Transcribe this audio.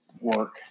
work